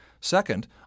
Second